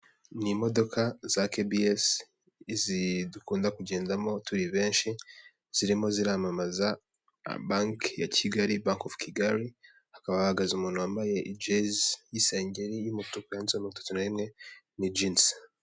Ni imodoka za kebi esi dukunda kugendamo turi benshi zirimo ziramamaza banki ya Kigali banki fu Kigali, hakaba hahagaze umuntu wambaye ijezi y'isengeri y'umutuka yanditseho mirongo itatu na rimwe y'ijinsi.